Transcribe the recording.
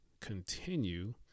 continue